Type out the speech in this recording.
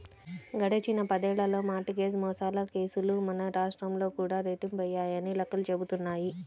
గడిచిన పదేళ్ళలో mortgage మోసాల కేసులు మన రాష్ట్రంలో కూడా రెట్టింపయ్యాయని లెక్కలు చెబుతున్నాయి